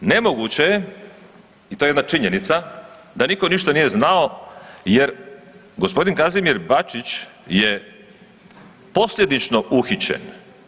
Nemoguće je i to je jedna činjenica da nitko ništa nije znao jer gospodin Kazimir Bačić je posljedično uhićen.